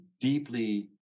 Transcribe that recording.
deeply